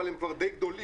אבל הם כבר די גדולים.